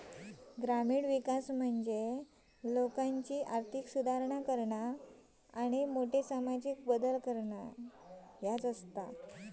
ग्रामीण विकास म्हणजे लोकांची आर्थिक सुधारणा आणि मोठे सामाजिक बदल